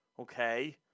okay